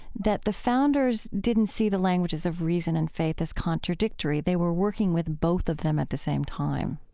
that the founders didn't see the languages of reason and faith as contradictory they were working with both of them at the same time